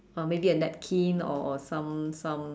or maybe a napkin or or some some